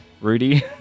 Rudy